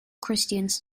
christians